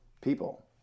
people